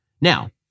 Now